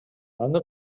аны